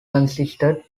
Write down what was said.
consisted